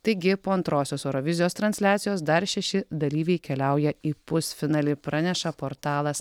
taigi po antrosios eurovizijos transliacijos dar šeši dalyviai keliauja į pusfinalį praneša portalas